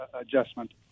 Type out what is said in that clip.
adjustment